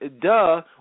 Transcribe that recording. duh